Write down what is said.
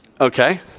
Okay